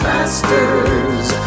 Masters